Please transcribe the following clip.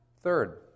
Third